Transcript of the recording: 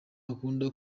akunda